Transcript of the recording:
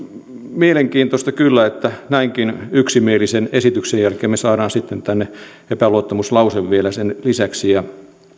mielenkiintoista kyllä näinkin yksimielisen esityksen jälkeen me saamme sitten tänne epäluottamuslauseen vielä lisäksi ja